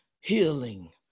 healing